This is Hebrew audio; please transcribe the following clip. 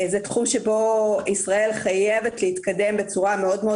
זה תחום שבו ישראל חייבת להתקדם בצורה מאוד מאוד